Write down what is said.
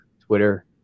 Twitter